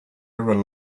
rely